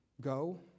Go